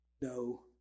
no